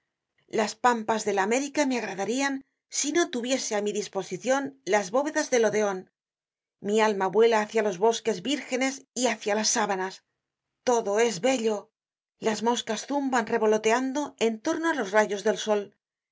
las pampas de la américa me agradarian si no tuviese á mi disposicion las bóvedas del odeon mi alma vuela hácia los bosques vírgenes y hácia las sábanas todo es bello las moscas zumban revoloteando en torno á los rayos del sol